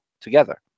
together